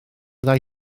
dau